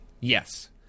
Yes